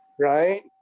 Right